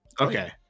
Okay